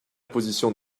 position